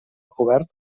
cobert